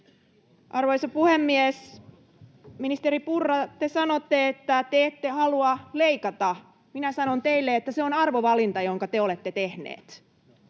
Arvoisa puhemies! Ministeri Purra, te sanotte, että te ette halua leikata. Minä sanon teille, että se on arvovalinta, jonka te olette tehneet.